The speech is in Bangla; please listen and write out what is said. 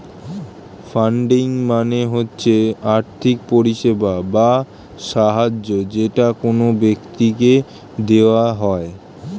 ফান্ডিং মানে হচ্ছে আর্থিক পরিষেবা বা সাহায্য যেটা কোন ব্যক্তিকে দেওয়া হয়